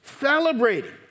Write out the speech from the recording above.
celebrating